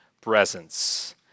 presence